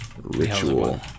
Ritual